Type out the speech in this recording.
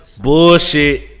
Bullshit